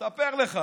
אספר לך.